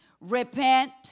repent